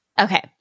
Okay